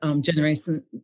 generation